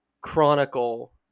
chronicle